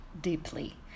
deeply